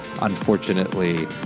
unfortunately